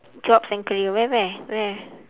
jobs and career where where where